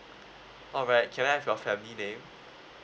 alright can I have your family name